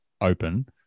open